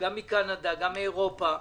גם מקנדה ומאירופה,